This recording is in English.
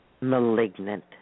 malignant